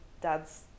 dad's